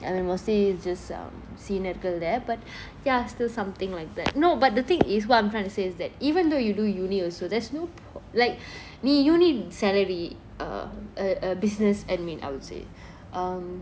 I mean mostly just um scene இருக்கு இல்ல :iruku illa but ya still something like that no but the thing is what I'm trying to say is that even though you do uni also there's no like ni~ uni salary uh a business admin~ I would say um